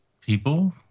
people